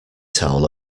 towel